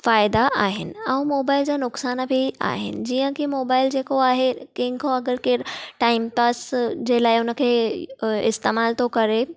फाइदा आहिनि ऐं मोबाइल जा नुक़सान बि आहिनि जीअं कि मोबाइल जेको आहे कंहिंखो अगरि केरु टाइम पास जे लाइ उनखे इस्तेमाल थो करे